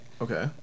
Okay